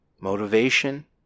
motivation